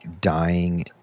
dying